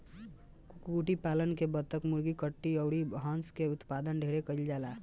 कुक्कुट पालन में बतक, मुर्गी, टर्की अउर हंस के उत्पादन ढेरे कईल जाला